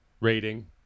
Rating